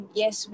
yes